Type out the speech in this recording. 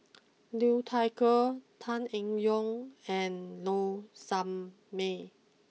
Liu Thai Ker Tan Eng Yoon and Low Sanmay